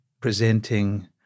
presenting